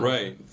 Right